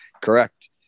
Correct